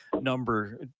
number